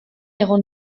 egon